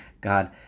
God